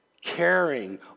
Caring